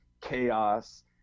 chaos